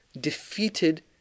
defeated